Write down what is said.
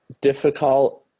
difficult